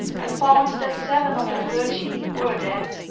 and found that seven of the thirteen were dead.